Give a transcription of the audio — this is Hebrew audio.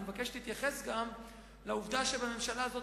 אני מבקש להתייחס גם לעובדה שבממשלה הזאת